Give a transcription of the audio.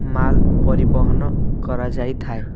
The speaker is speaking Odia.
ମାଲ ପରିବହନ କରାଯାଇଥାଏ